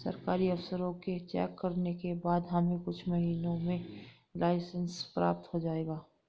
सरकारी अफसरों के चेक करने के बाद हमें कुछ महीनों में लाइसेंस प्राप्त हो जाएगा